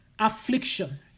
affliction